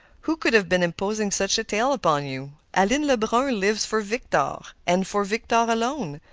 who could have been imposing such a tale upon you? aline lebrun lives for victor, and for victor alone.